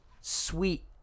sweet